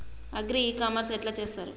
Agri e commerce ఎట్ల చేస్తరు?